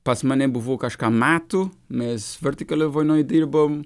pas mane buvo kažkam metų mes vertikalioj vonioj dirbom